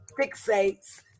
fixates